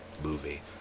movie